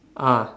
ah